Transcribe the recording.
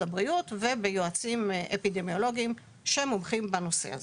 הבריאות וביועצים אפידמיולוגיים שמומחים בנושא הזה.